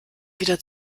wieder